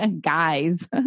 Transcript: Guys